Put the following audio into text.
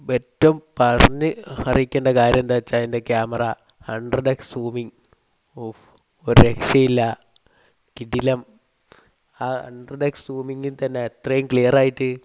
ഏറ്റവും പറഞ്ഞ് അറിയിക്കേണ്ട കാര്യം എന്താണ് വച്ചാൽ അതിൻ്റെ കാമറ ഹൺഡ്രഡ് എക്സ് സൂമിങ് ഉഫ് ഒരു രക്ഷയും ഇല്ല കിടിലം ആ ഹൺഡ്രഡ് എക്സ് സൂമിങ്ങിൽ തന്നെ അത്രയും ക്ലിയർ ആയിട്ട്